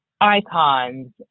icons